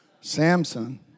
Samson